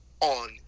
on